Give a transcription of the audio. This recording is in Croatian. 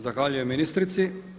Zahvaljujem ministrici.